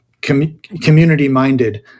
community-minded